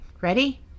Ready